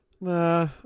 Nah